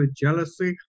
jealousy